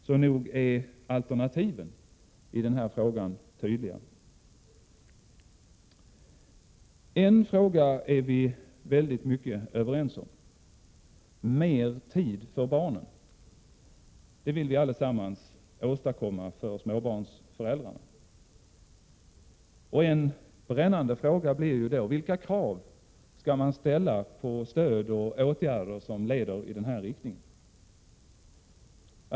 Så nog är alternativen i den här frågan tydliga! En sak är vi mycket överens om: mer tid för barnen vill vi allesammans åstadkomma för småbarnsföräldrarna. En brännande fråga blir då: Vilka krav skall man ställa på stöd och åtgärder som leder i den riktningen?